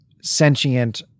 sentient